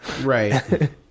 Right